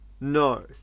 No